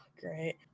Great